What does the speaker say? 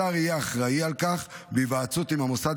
השר יהיה אחראי לכך בהיוועצות עם המוסד